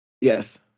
Yes